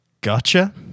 Gotcha